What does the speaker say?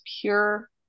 pure